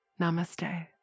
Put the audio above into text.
Namaste